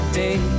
day